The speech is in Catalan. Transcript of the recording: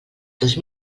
dos